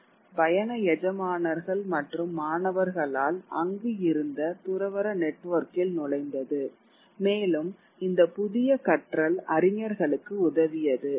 இது பயண எஜமானர்கள் மற்றும் மாணவர்களால் அங்கு இருந்த துறவற நெட்வொர்க்கில் நுழைந்தது மேலும் இந்த புதிய கற்றல் அறிஞர்களுக்கு உதவியது